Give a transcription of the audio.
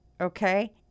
Okay